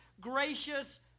gracious